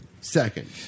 Second